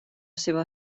seva